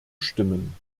stimmen